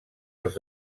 als